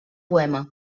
poema